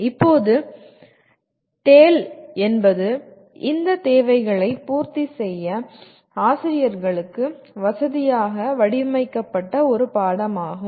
இப்போது TALE என்பது இந்த தேவைகளை பூர்த்தி செய்ய ஆசிரியர்களுக்கு வசதியாக வடிவமைக்கப்பட்ட ஒரு பாடமாகும்